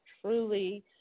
truly